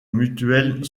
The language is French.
mutuelle